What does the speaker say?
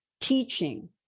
teaching